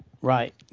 right